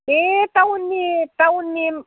बे टाउननि टाउननि